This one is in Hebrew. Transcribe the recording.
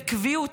בקביעות,